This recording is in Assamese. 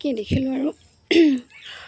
কি দেখিলোঁ আৰু